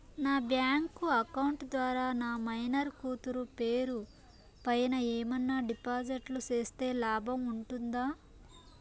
నా bank account ద్వారా నా మైనర్ కూతురు పేరు పైన ఏమన్నా డిపాజిట్లు సేస్తే లాభం ఉంటుందా?